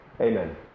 Amen